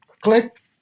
click